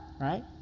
right